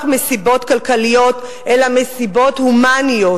מסיבות כלכליות אלא גם מסיבות הומניות.